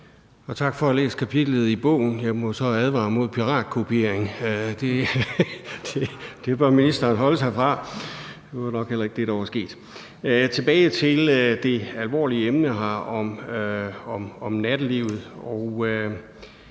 Og tak for at have læst kapitlet i bogen. Jeg må så advare imod piratkopiering – det bør ministeren holde sig fra, men det er nok heller ikke det, der er sket. Tilbage til det alvorlige emne om nattelivet.